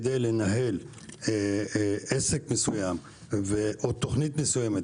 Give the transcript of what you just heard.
כדי לנהל עסק מסוים או תוכנית מסוימת,